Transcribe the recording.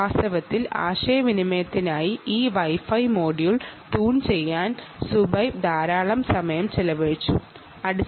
വാസ്തവത്തിൽ ആശയവിനിമയത്തിനായി ഈ വൈ ഫൈ മൊഡ്യൂൾ ട്യൂൺ ചെയ്യാൻ സുഹൈബ് ധാരാളം സമയം ചെലവഴിച്ചിട്ടുണ്ട്